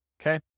okay